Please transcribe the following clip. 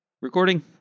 recording